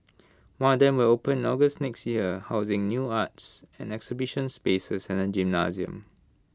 one of them will open in August next year housing new arts and exhibition spaces and A gymnasium